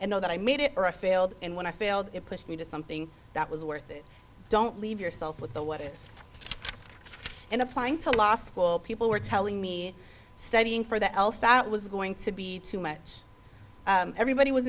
and know that i made it or a failed and when i failed it pushed me to something that was worth it don't leave yourself with the what if in applying to law school people were telling me studying for the else that was going to be too much everybody was